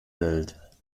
welt